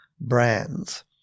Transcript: brands